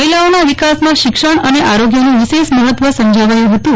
મહિલાઓના વિકાસમાં શિક્ષણ અને આરો ગ્યનું વિશેષ મફત્વ સમજાવ્યું ફતું